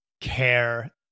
care